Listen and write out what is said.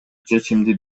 чечимди